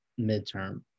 midterm